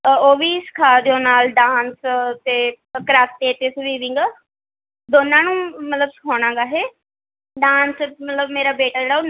ਉਹ ਵੀ ਸਿਖਾ ਦਿਓ ਨਾਲ ਡਾਂਸ ਅਤੇ ਕਰਾਟੇ ਅਤੇ ਸਵੀਵਿੰਗ ਦੋਨਾਂ ਨੂੰ ਮਤਲਬ ਸਿਖਾਉਣਾ ਗਾ ਇਹ ਡਾਂਸ ਮਤਲਬ ਮੇਰਾ ਬੇਟਾ ਜਿਹੜਾ ਉਹ